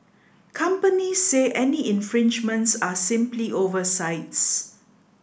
companies say any infringements are simply oversights